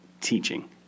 teaching